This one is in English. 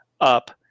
up